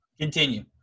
Continue